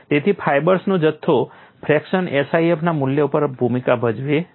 તેથી ફાઇબર્સનો જથ્થો ફ્રેક્શન SIF ના મૂલ્ય ઉપર ભૂમિકા ભજવે છે